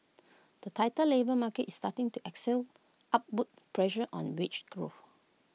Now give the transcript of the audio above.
the tighter labour market is starting to excel upward pressure on wage growth